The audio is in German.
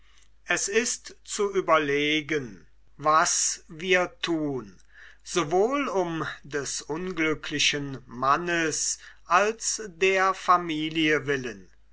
es ist zu überlegen was wir tun sowohl um des unglücklichen mannes als der familie willen